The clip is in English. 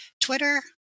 Twitter